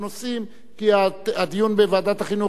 כי הדיון בוועדת החינוך טרם הסתיים.